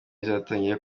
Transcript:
izatangira